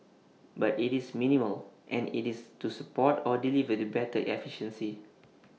but IT is minimal and IT is to support or deliver the better efficiency